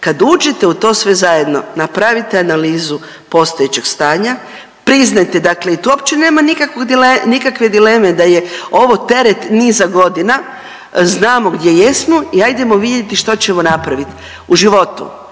kad uđete u to sve zajedno napravite analizu postojećeg stanja, priznajte dakle i to uopće nema nikakve dileme da je ovo teret niza godina, znamo gdje jesmo i ajedemo vidjeti što ćemo napravit. U životu